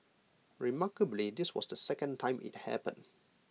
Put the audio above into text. remarkably this was the second time IT happened